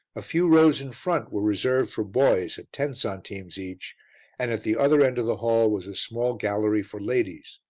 a few rows in front were reserved for boys at ten centimes each and at the other end of the hall was a small gallery for ladies,